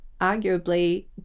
arguably